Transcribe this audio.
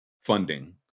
funding